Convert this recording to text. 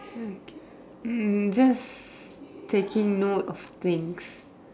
hmm k hmm just taking note of things